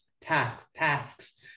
tasks